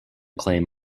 claim